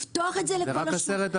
לפתוח את זה לכולם,